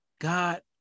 God